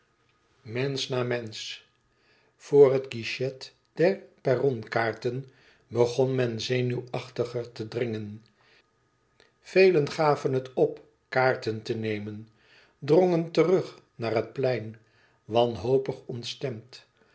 mensch na mensch voor het guichet der perronkaarten begon men zenuwachtiger te dringen velen gaven het op kaarten te nemen drongen terug naar het plein wanhopig ontstemd